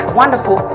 wonderful